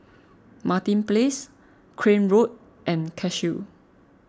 Martin Place Crane Road and Cashew